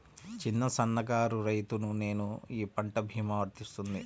చిన్న సన్న కారు రైతును నేను ఈ పంట భీమా వర్తిస్తుంది?